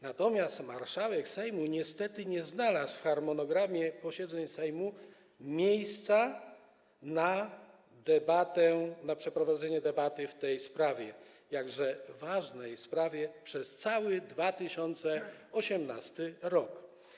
Natomiast marszałek Sejmu niestety nie znalazł w harmonogramie posiedzeń Sejmu miejsca na przeprowadzenie debaty w tej sprawie, jakże ważnej sprawie, przez cały 2018 r.